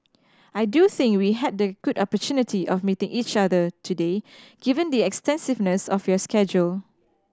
I do think we had the good opportunity of meeting each other today given the extensiveness of your schedule